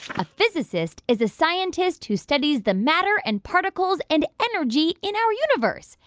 a physicist is a scientist who studies the matter and particles and energy in our universe.